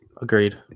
Agreed